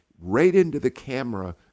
right-into-the-camera